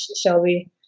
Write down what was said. Shelby